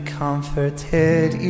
comforted